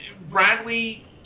Bradley